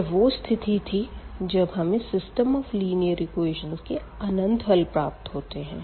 यह वो स्थिति थी जब हमें सिस्टम ऑफ लीनियर इक्वेशन के अनंत हल प्राप्त होते है